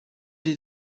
did